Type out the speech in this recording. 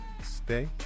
stay